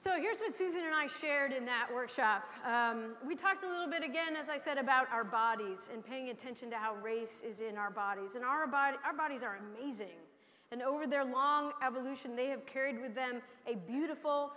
so here's what susan and i shared in that workshop we talked a little bit again as i said about our bodies and paying attention to how race is in our bodies in our bodies our bodies are amazing and over their long evolution they have carried with them a beautiful